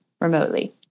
remotely